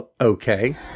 okay